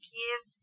give